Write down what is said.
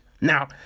Now